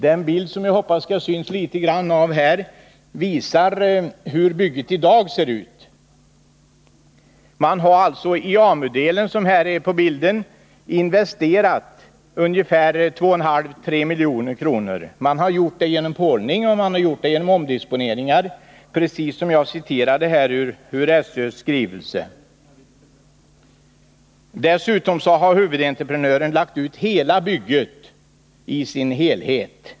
Den bild som nu visas på kammarens bildskärm ger en uppfattning om hur bygget ser ut i dag. Man har i AMU-delen investerat ungefär 2,5-3 miljoner genom pålning och genom omdisponeringar i enlighet med vad jag citerade ur SÖ:s skrivelse. Dessutom har huvudentreprenören lagt ut bygget i dess helhet.